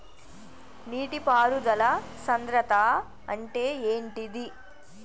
నీటి పారుదల సంద్రతా అంటే ఏంటిది?